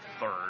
third